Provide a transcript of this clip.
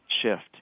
shift